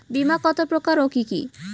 বীমা কত প্রকার ও কি কি?